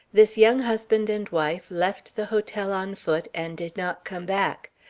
this young husband and wife left the hotel on foot and did not come back.